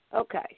Okay